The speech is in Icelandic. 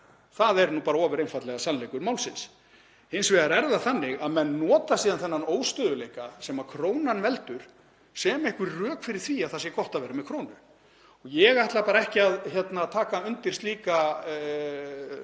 Það er ofur einfaldlega sannleikur málsins. Hins vegar er það þannig að menn nota síðan þennan óstöðugleika sem krónan veldur sem einhver rök fyrir því að það sé gott að vera með krónu. Ég ætla ekki að taka undir slíka